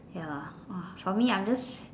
ya lah for me I just